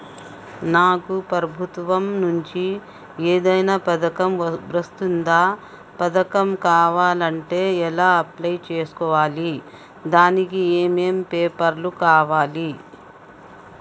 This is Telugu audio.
నాకు ప్రభుత్వం నుంచి ఏదైనా పథకం వర్తిస్తుందా? పథకం కావాలంటే ఎలా అప్లై చేసుకోవాలి? దానికి ఏమేం పేపర్లు కావాలి?